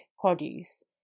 produce